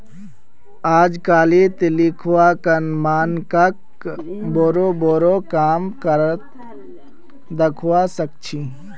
अजकालित लेखांकन मानकक बोरो बोरो काम कर त दखवा सख छि